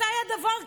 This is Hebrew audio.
מתי היה דבר כזה?